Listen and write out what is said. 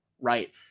right